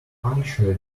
puncture